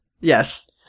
Yes